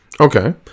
okay